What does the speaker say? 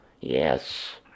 Yes